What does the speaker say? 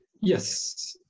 yes